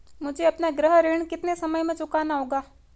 मुझे अपना गृह ऋण कितने समय में चुकाना होगा?